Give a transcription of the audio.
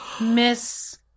Miss